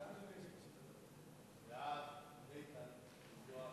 ההצעה להעביר את הצעת חוק הגנת הצרכן